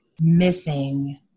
missing